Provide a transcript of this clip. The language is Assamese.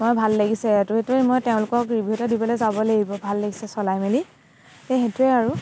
বৰ ভাল লাগিছে এইটো এইটোৱে মই তেওঁলোকক ৰিভিউ এটা দিবলৈ যাব লাগিব ভাল লাগিছে চলাই মেলি এই সেইটোৱেই আৰু